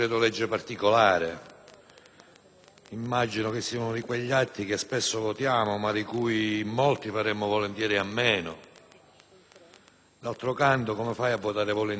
Immagino che sia uno di quegli atti che spesso votiamo, ma di cui in molti faremmo volentieri a meno. D'altro canto, come si può votare volentieri la conversione